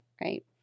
right